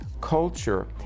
culture